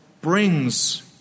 brings